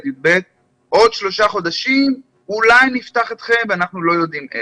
הענף שאותו אני מייצגת מאגד אלפי עצמאים ומפרנס אלפי